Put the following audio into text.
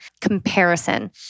Comparison